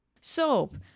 soap